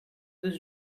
this